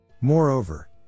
Moreover